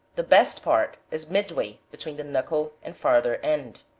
the best part is midway between the knuckle and farther end.